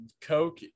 Coke